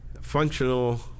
functional